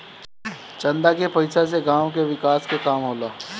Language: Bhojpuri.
चंदा के पईसा से गांव के विकास के काम होला